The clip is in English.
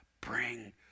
bring